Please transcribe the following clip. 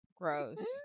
gross